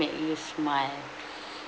make you smile